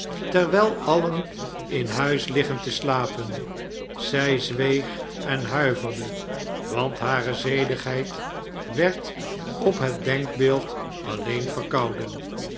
terwijl alien in huis liggen te slapen zij zweeg en huiverde want hare zedigheid werd op het denkbeeld alleen verkouden